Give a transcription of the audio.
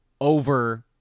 over